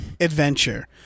adventure